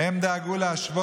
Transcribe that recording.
הילה שר